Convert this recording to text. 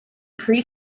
pre